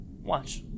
Watch